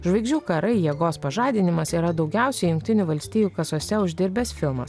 žvaigždžių karai jėgos pažadinimas yra daugiausiai jungtinių valstijų kasose uždirbęs filmas